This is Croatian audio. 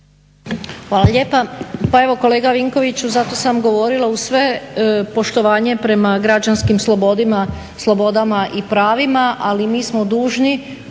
Hvala lijepa. Pa evo kolega Vinkoviću zato sam govorila uz svo poštovanje prema građanskim slobodama i pravima, ali mi smo dužni